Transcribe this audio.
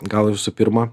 gal visų pirma